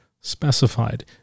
specified